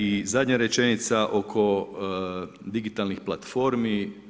I zadnja rečenica oko digitalnih platformi.